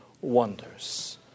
wonders